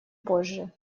позже